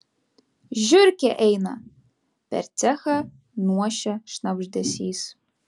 žiurkė eina per cechą nuošia šnabždesys